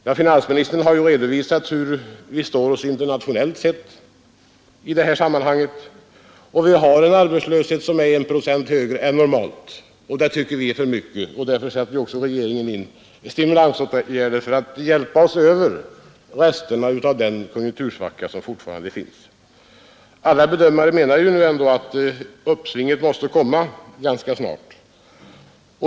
Ja, finansministern har här redovisat hur vi i det avseendet står oss internationellt sett, och vi har en registrerad arbetslöshet som överstiger det normala med ca 1 procent. Det tycker vi är för mycket, och därför sätter också regeringen in betydande stimulansåtgärder för att hjälpa oss över de sista resterna av den konjunktursvacka som fortfarande finns. Alla bedömare menar ju nu att uppsvinget måste komma ganska snart.